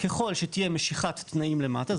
ככל שתהיה משיכת תנאים למטה,